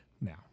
Now